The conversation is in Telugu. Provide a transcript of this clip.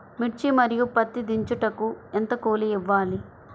మిర్చి మరియు పత్తి దించుటకు ఎంత కూలి ఇవ్వాలి?